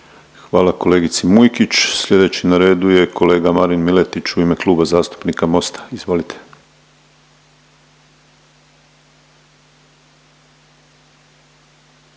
Hvala kolegici Mujkić. Sljedeći na redu je kolega Marin Miletić u ime Kluba zastupnika Mosta. Izvolite.